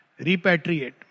Repatriate